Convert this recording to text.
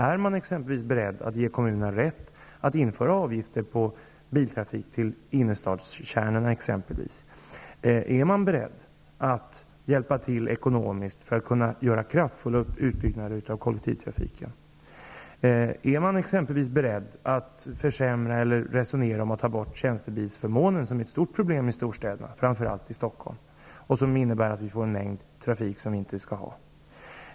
Är man exempelvis beredd att ge kommunerna rätt att införa avgifter på biltrafik till innerstadskärnorna? Är man beredd att hjälpa till ekonomiskt för att det skall vara möjligt att göra ordentliga utbyggnader av kollektivtrafiken? Är man beredd att försämra eller resonera om ett borttagande av tjänstebilsförmånen -- som är ett stort problem i storstäderna, framför allt i Stockholm, och som innebär att vi får en mängd onödig trafik?